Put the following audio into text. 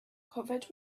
covered